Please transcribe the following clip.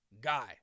guy